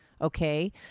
Okay